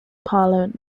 parliament